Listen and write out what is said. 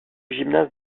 gymnase